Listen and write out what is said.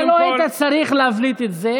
אתה לא היית צריך להבליט את זה.